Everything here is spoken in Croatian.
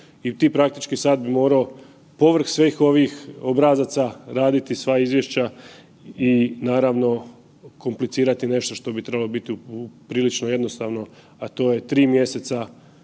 i ti praktički sad bi morao pored svih ovih obrazaca raditi sva izvješća i naravno komplicirati nešto što bi trebalo biti prilično jednostavno, a to je 3 mjeseca